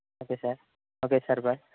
okay sir okay sir bye